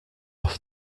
off